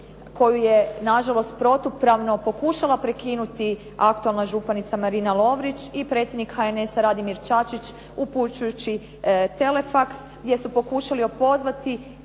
koju je nažalost protupravno pokušala prekinuti aktualna županica Marina Lovrić i predsjednik HNS-a, Radimir Čačić upućujući telefaks gdje su pokušali opozvati